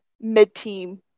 mid-team